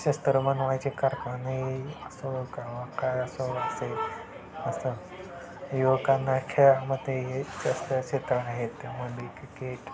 असे शस्त्र बनवायचे कारखाने असो काय असो असे असं युवकांना खेळा मध्ये ही जास्त क्षेत्र आहेत त्यामध्ये क्रिकेट